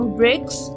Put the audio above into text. bricks